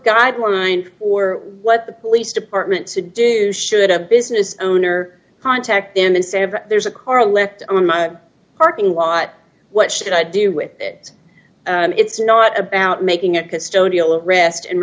guidelines or what the police department to do should a business owner contact them instead of there's a car left on my parking lot what should i do with it it's not about making at custodial arrest and